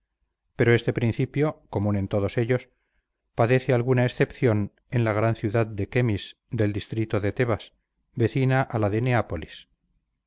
pero este principio común en todos ellos padece alguna excepción en la gran ciudad de quemis del distrito de tebas vecina a la de neápolis